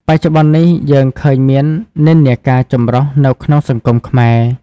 បច្ចុប្បន្ននេះ យើងឃើញមាននិន្នាការចម្រុះនៅក្នុងសង្គមខ្មែរ។